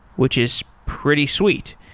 which is pretty sweet.